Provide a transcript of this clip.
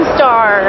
Star